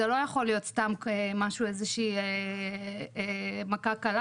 זה לא יכול להיות סתם איזו שהיא מכה קלה,